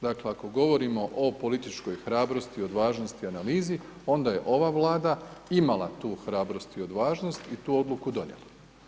Dakle, ako govorimo o političkoj hrabrosti, odvažnosti, analizi onda je ova Vlada imala tu hrabrost i odvažnost i tu odluku donijela.